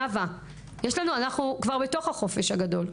אנחנו כבר בתוך החופש הגדול.